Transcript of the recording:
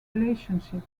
relationships